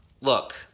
look